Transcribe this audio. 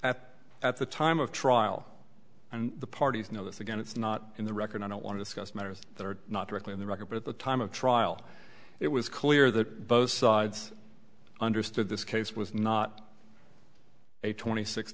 at at the time of trial and the parties know this again it's not in the record i don't want this guy's matters that are not directly in the record but at the time of trial it was clear that both sides understood this case was not a twenty six